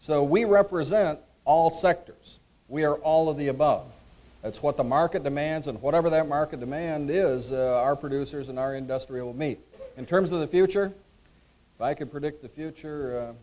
so we represent all sectors we are all of the above that's what the market demands and whatever that market demand is our producers and our industrial me in terms of the future by can predict the future